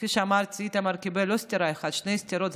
כפי שאמרתי, איתמר קיבל לא סטירה אחת, שתי סטירות.